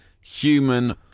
Human